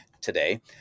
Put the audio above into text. today